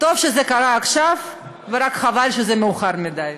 טוב שזה קרה עכשיו, ורק חבל שזה מאוחר מדי.